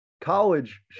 college